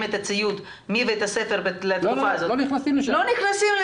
את הציוד מבית הספר בתקופה הזאת --- לא נכנסים לשם.